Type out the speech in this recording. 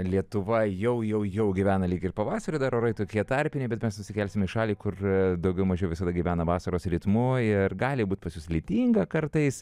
lietuva jau jau gyvena lyg pavasariu dar orai tokie tarpiniai bet mes nusikelsim į šalį kur daugiau mažiau visada gyvena vasaros ritmu ir gali būti pas juos lietinga kartais